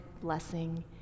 blessing